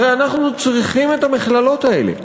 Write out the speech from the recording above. הרי אנחנו צריכים את המכללות האלה,